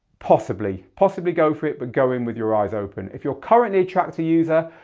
possibly. possibly go for it, but go in with your eyes open. if you're currently a traktor user,